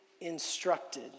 instructed